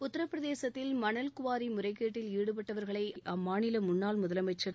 உத்தரப்பிரதேசத்தில் மணல் முவாரி முறைகேட்டில் ஈடுபட்டவர்களை அம்மாநில முன்னாள் முதலமைச்சள் திரு